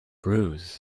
bruise